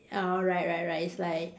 oh right right right it's like